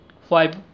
five